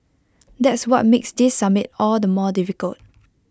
that's what makes this summit all the more difficult